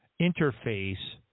interface